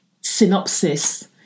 synopsis